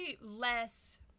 less